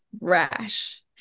rash